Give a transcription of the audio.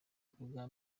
kubwa